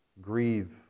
grieve